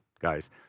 guys